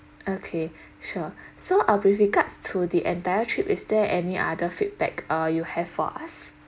okay sure so uh with regards to the entire trip is there any other feedback uh you have for us